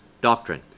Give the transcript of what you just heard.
doctrine